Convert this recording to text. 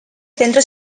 centro